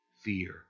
fear